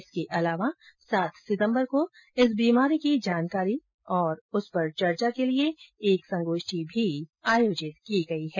इसके अलावा सात सितम्बर को इस बीमारी की जानकारी और उस पर चर्चा के लिये एक संगोष्ठी भी आयोजित की गई है